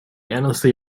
endlessly